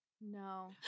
No